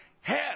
Hell